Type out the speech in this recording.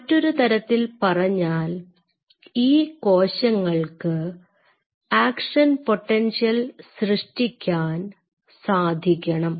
മറ്റൊരുതരത്തിൽ പറഞ്ഞാൽ ഈ കോശങ്ങൾക്ക് ആക്ഷൻ പൊട്ടൻഷ്യൽ സൃഷ്ടിക്കാൻ സാധിക്കണം